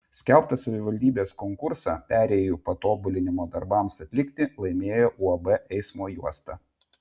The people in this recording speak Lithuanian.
skelbtą savivaldybės konkursą perėjų patobulinimo darbams atlikti laimėjo uab eismo juosta